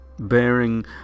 Bearing